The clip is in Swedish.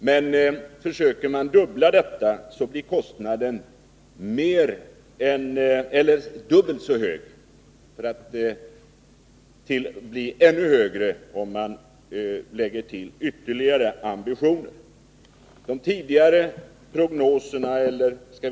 Men försöker man dubbla tillskottet i kraftproduktionen blir kostnaden per årskilowattimme dubbelt så hög. Och den blir ännu högre om man har ytterligare ambitioner vad gäller kraftproduktionens storlek.